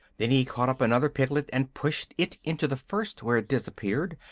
then he caught up another piglet and pushed it into the first, where it disappeared.